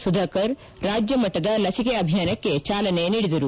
ಸುಧಾಕರ್ ರಾಜ್ಯ ಮಟ್ಟದ ಲಸಿಕೆ ಅಭಿಯಾನಕ್ಕೆ ಚಾಲನೆ ನೀಡಿದರು